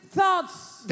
thoughts